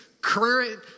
current